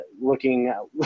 looking